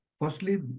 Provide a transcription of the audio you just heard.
Firstly